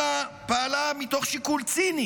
אלא פעלה מתוך שיקול ציני